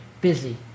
busy